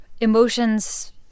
Emotions